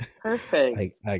Perfect